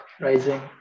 rising